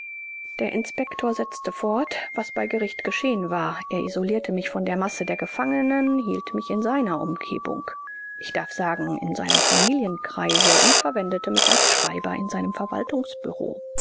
der inspector setzte fort was bei gericht geschehen war er isolirte mich von der masse der gefangenen hielt mich in seiner umgebung ich darf sagen in seinem familienkreise und verwendete mich als schreiber in seinem